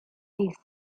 ddydd